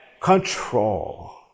control